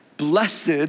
Blessed